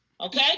Okay